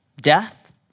Death